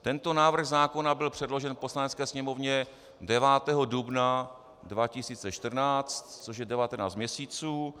Tento návrh zákona byl předložen Poslanecké sněmovně 9. dubna 2014, což je devatenáct měsíců.